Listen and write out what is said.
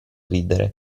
ridere